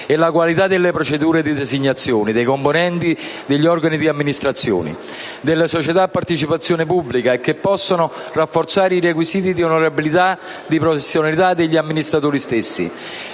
e la qualità delle procedure di designazione dei componenti degli organi di amministrazione delle società a partecipazione pubblica e rafforzare i requisiti di onorabilità e professionalità degli amministratori stessi,